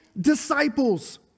disciples